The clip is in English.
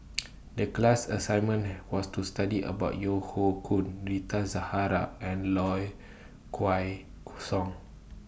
The class assignment was to study about Yeo Hoe Koon Rita Zahara and Low Kway Song